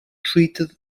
treated